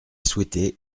souhaitée